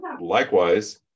Likewise